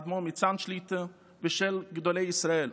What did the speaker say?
האדמו"ר מצאנז שליט"א ושל גדולי ישראל.